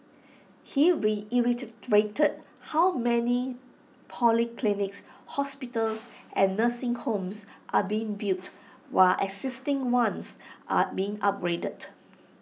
he how many polyclinics hospitals and nursing homes are being built while existing ones are being upgraded